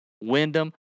Wyndham